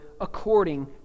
according